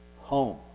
home